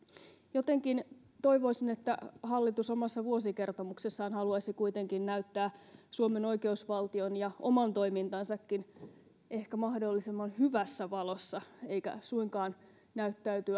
jotenkin toivoisin että hallitus omassa vuosikertomuksessaan haluaisi kuitenkin näyttää suomen oikeusvaltion ja oman toimintansakin ehkä mahdollisimman hyvässä valossa eikä suinkaan näyttää